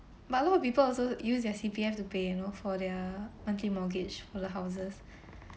but a lot of people also use their C_P_F to pay you know for their monthly mortgage for the houses